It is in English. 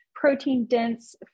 protein-dense